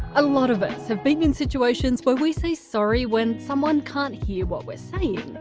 a lot of us have been in situations where we say sorry when someone can't hear what we're saying,